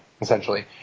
essentially